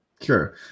Sure